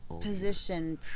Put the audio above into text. position